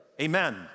amen